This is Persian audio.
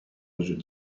وجود